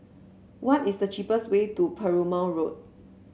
what is the cheapest way to Perumal Road